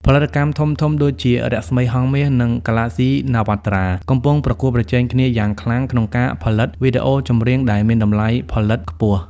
ផលិតកម្មធំៗដូចជា រស្មីហង្សមាស និង Galaxy Navatra កំពុងប្រកួតប្រជែងគ្នាយ៉ាងខ្លាំងក្នុងការផលិតវីដេអូចម្រៀងដែលមានតម្លៃផលិតខ្ពស់។